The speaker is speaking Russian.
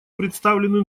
представленную